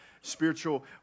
spiritual